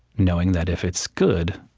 knowing that if it's good,